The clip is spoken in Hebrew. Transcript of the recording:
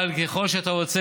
אבל ככל שאתה רוצה,